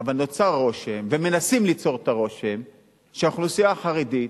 אבל נוצר רושם ומנסים ליצור את הרושם שהאוכלוסייה החרדית